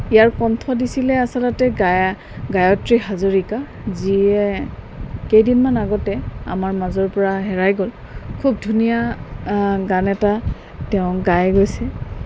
ইয়াৰ কণ্ঠ দিছিলে আচলতে গায়ত্ৰী হাজৰিকা যিয়ে কেইদিনমান আগতে আমাৰ মাজৰ পৰা হেৰাই গ'ল খুব ধুনীয়া গান এটা তেওঁ গাই গৈছে